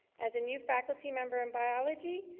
as a new faculty member in biology,